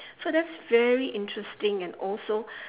so that's very interesting and also